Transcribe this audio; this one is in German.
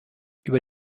über